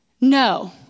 No